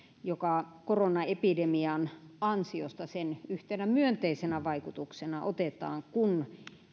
joka koronaepidemian ansiosta sen yhtenä myönteisenä vaikutuksena otetaan kun